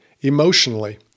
emotionally